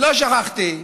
לא שכחתי.